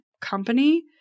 company